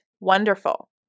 Wonderful